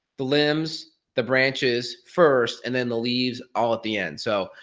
the limbs, the branches, first and then the leaves all at the end. so,